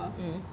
mm